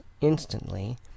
instantly